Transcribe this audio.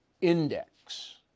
index